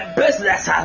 business